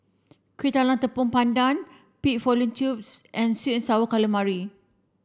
Kuih Talam Tepong Pandan pig fallopian tubes and sweet and sour calamari